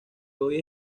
hoy